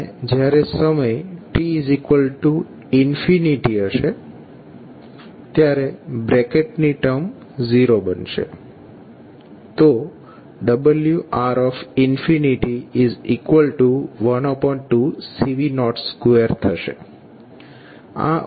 અને જ્યારે સમય t હશે ત્યારે બ્રેકેટ ની ટર્મ 0 બનશે wR12CV02 થશે